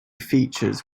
features